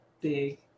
big